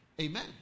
Amen